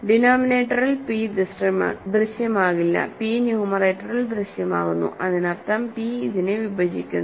ഡിനോമിനേറ്ററിൽ p ദൃശ്യമാകില്ല p ന്യൂമറേറ്ററിൽ ദൃശ്യമാകുന്നു അതിനർത്ഥം p ഇതിനെ വിഭജിക്കുന്നു